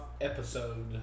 episode